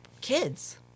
kids